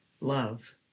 Love